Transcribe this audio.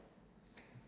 hello